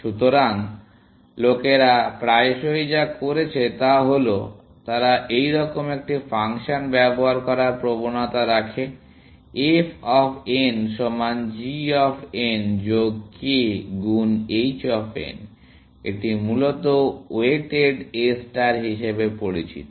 সুতরাং লোকেরা প্রায়শই যা করেছে তা হল তারা এইরকম একটি ফাংশন ব্যবহার করার প্রবণতা রাখে f অফ n সমান g অফ n যোগ k গুণ h অফ n এটি মূলত ওয়েটেড A ষ্টার হিসাবে পরিচিত